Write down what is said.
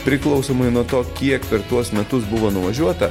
priklausomai nuo to kiek per tuos metus buvo nuvažiuota